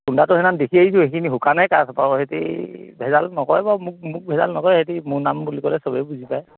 কুন্দাটো সেইদিনাখন দেখি আহিছো সেইখিনি শুকানেই কাঠ বাৰু সিহঁতে ভেজাল নকৰে বাৰু মোক মোক ভেজাল নকৰে সিহঁতে মোৰ নাম বুলি ক'লে সবেই বুজি পায়